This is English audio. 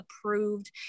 approved